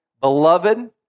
beloved